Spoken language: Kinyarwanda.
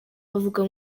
avuga